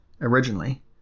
Originally